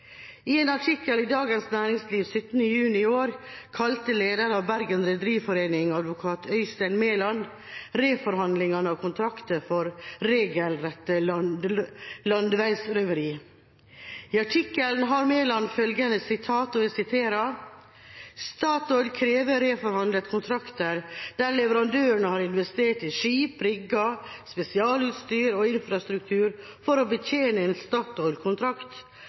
I en artikkel i Dagens Næringsliv 17. juni i år kalte lederen i Bergen Rederiforening, advokat Øystein Meland, reforhandlingene av kontrakter for regelrette landeveisrøveri. I artikkelen har Meland følgende sitat: «– Statoil krever reforhandlet kontrakter der leverandørene har investert i skip, rigger, spesialutstyr og infrastruktur for å betjene en